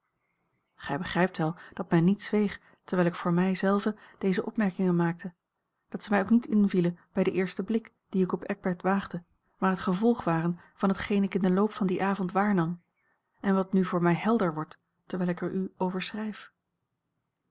gij begrijpt wel dat men niet zweeg terwijl ik voor mij zelve deze opmerkingen maakte dat ze mij ook niet invielen bij den eersten blik dien ik op eckbert waagde maar het gevolg waren van hetgeen ik in den loop van dien avond waarnam en wat nu voor mij helder wordt terwijl ik er u over schrijf